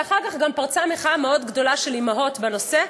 ואחר כך גם פרצה מחאה מאוד גדולה של אימהות בנושא.